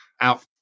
out